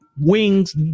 Wings